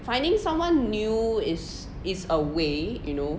finding someone new is is a way you know